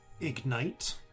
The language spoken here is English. ignite